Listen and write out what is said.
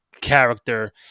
character